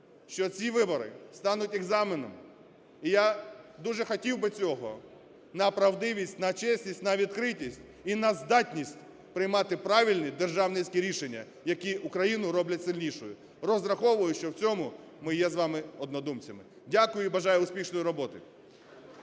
що ці вибори стануть екзаменом, і я дуже хотів би цього, на правдивість, на чесність, на відкритість і на здатність приймати правильні державницькі рішення, які Україну роблять сильнішою. Розраховую, що в цьому ми з вами є однодумцями. Дякую і бажаю успішної роботи.